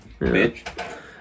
bitch